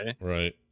Right